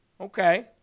Okay